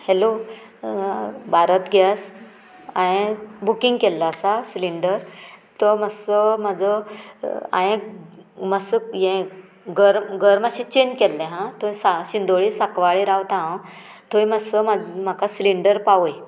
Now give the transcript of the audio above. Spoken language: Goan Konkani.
हॅलो भारत गॅस हांयें बुकींग केल्लो आसा सिलींडर तो मातसो म्हाजो हांयेंन मातसो यें घरम घर मातशें चेंज केल्लें हां थंय सा शिंदोळे सांकवाळे रावता हांव थंय मातसो मा म्हाका सिलींडर पावय